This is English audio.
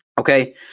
Okay